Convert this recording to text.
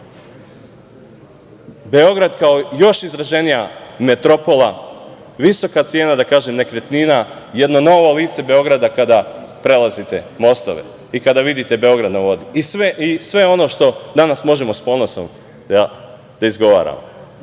Beograd, kao još izraženija metropola, visoka cena nekretnina, jedno novo lice Beograda kada prelazite mostove i kada vidite „Beograd na vodi“ i sve ono što danas možemo sa ponosom da izgovaramo. Prema